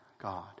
God